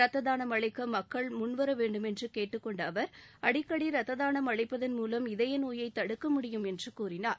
ரத்ததானம் அளிக்க மக்கள் முன்வர வேண்டும் என்று கேட்டுக்கொண்ட அவா் அடிக்கடி ரத்ததானம் அளிப்பதன் மூலம் இதய நோயை தடுக்க முடியும் என்று கூறினார்